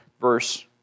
verse